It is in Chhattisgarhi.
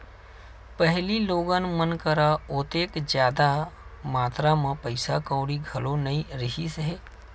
पहिली लोगन मन करा ओतेक जादा मातरा म पइसा कउड़ी घलो नइ रिहिस हे